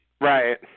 Right